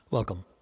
Welcome